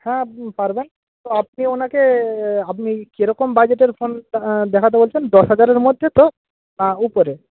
হ্যাঁ পারবেন তো আপনি ওনাকে আপনি কীরকম বাজেটের ফোন দেখাতে বলছেন দশ হাজারের মধ্যে তো না উপরে